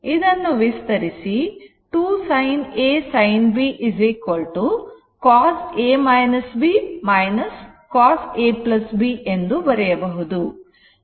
ಇದನ್ನು ವಿಸ್ತರಿಸಿ 2 sin A sin B cos cos A B ಎಂದು ಬರೆಯಬಹುದು